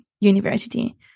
university